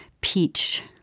peach